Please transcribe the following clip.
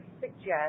suggest